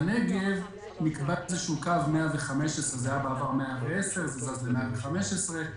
בנגב נקבע קו 115 שהיה בעבר 110 וזז ל-115.